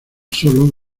sólo